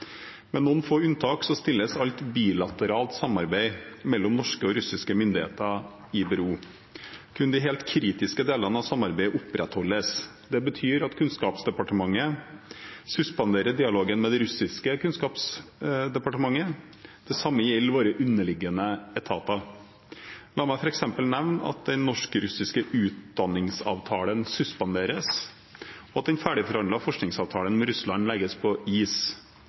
Med noen få unntak stilles alt bilateralt samarbeid mellom norske og russiske myndigheter i bero. Kun de helt kritiske delene av samarbeidet opprettholdes. Det betyr at Kunnskapsdepartementet suspenderer dialogen med det russiske kunnskapsdepartementet. Det samme gjelder våre underliggende etater. La meg f.eks. nevne at den norsk-russiske utdanningsavtalen suspenderes, og at den ferdigforhandlede forskningsavtalen med Russland legges på is.